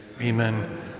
Amen